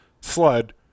sled